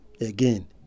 again